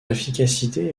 efficacité